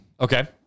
Okay